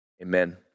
Amen